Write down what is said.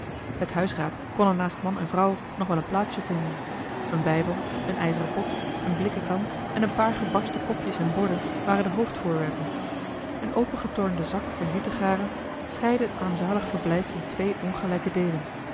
het huisraad kon er naast man en vrouw nog wel een plaatsje vinden een bijbel een ijzeren pot een blikken kan en een paar gebarsten kopjes en borden waren de hoofdvoorwerpen een opengetornde zak van juttegaren scheidde het armzalig verblijf in twee ongelijke deelen